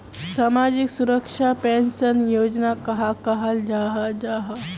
सामाजिक सुरक्षा पेंशन योजना कहाक कहाल जाहा जाहा?